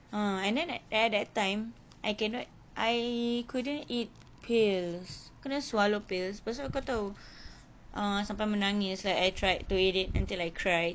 ah and then eh that time I cannot I couldn't eat pills I couldn't swallow pills pasal kau tahu uh sampai menangis like I tried to eat it until I cried